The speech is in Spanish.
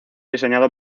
diseñado